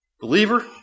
Believer